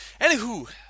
anywho